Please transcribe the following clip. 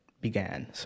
began